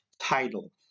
title